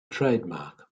trademark